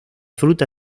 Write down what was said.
fruta